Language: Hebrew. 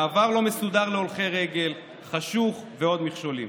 המעבר להולכי רגל לא מסודר, חשוך ועוד מכשולים.